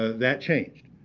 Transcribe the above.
ah that changed.